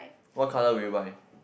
what colour will you buy